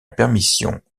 permission